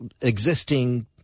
existing